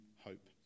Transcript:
hope